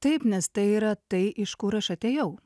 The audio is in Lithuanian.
taip nes tai yra tai iš kur aš atėjau